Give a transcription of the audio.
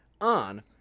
on